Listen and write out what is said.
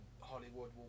Hollywood